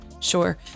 Sure